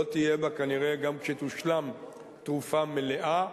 אומנם לא תהיה בה כנראה, גם כשתושלם, תרופה מלאה,